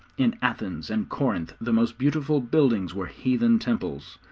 in athens and corinth the most beautiful buildings were heathen temples,